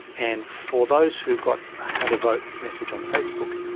and for those who got a how-to-vote message on facebook,